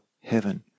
heaven